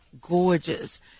gorgeous